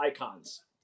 icons